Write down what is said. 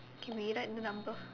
K we write number